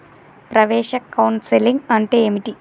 ప్రవేశ కౌన్సెలింగ్ అంటే ఏమిటి?